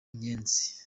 inyenzi